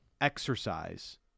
exercise